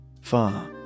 Far